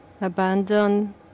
Abandon